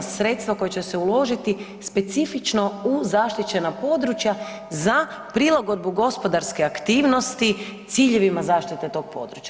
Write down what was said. Sredstva koja će se uložiti specifično u zaštićena područja za prilagodbu gospodarske aktivnosti ciljevima zaštite tog područja.